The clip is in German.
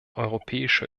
europäischer